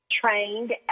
trained